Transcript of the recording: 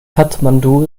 kathmandu